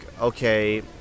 okay